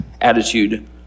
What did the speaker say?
attitude